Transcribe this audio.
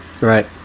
right